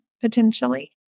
potentially